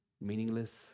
meaningless